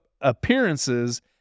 appearances